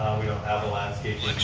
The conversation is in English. we don't have a landscaping